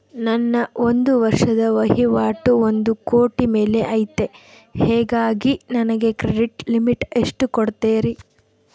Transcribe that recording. ನನ್ನ ಒಂದು ವರ್ಷದ ವಹಿವಾಟು ಒಂದು ಕೋಟಿ ಮೇಲೆ ಐತೆ ಹೇಗಾಗಿ ನನಗೆ ಕ್ರೆಡಿಟ್ ಲಿಮಿಟ್ ಎಷ್ಟು ಕೊಡ್ತೇರಿ?